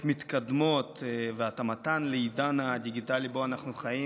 מתקדמות והתאמתן לעידן הדיגיטלי שבו אנו חיים.